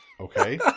Okay